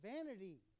Vanity